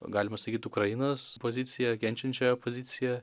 galima sakyt ukrainos poziciją kenčiančiojo poziciją